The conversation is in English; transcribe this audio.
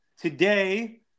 today